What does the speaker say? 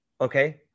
Okay